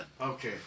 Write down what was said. Okay